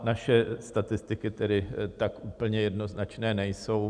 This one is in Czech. Naše statistiky tedy tak úplně jednoznačné nejsou.